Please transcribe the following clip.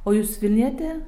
o jūs vilnietė